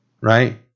right